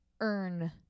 earn